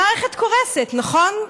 המערכת קורסת, נכון?